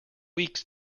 weeks